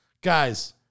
Guys